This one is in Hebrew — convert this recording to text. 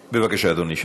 אדוני.